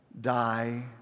Die